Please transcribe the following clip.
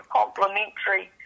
complementary